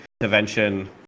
intervention